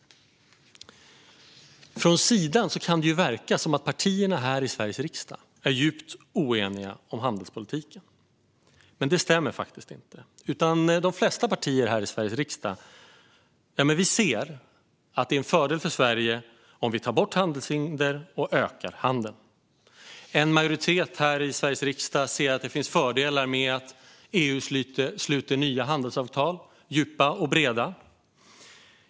Från sidan kan det verka som att partierna i Sveriges riksdag är djupt oeniga om handelspolitiken, men det stämmer faktiskt inte. De flesta partier i Sveriges riksdag ser att det är en fördel för Sverige att ta bort handelshinder och öka handeln. En majoritet här i Sveriges riksdag ser att det finns fördelar med att EU sluter nya handelsavtal, djupa och breda.